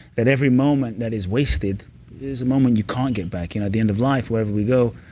that every moment that is wasted is a moment you can't get back. you know at the end of life, wherever we go,